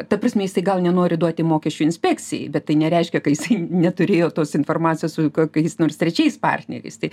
ta prasme jisai gal nenori duoti mokesčių inspekcijai bet tai nereiškia kad jisai neturėjo tos informacijos su kokiais nors trečiais partneriais tai